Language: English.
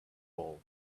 bulb